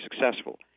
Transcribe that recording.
successful